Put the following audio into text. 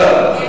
לא, לא.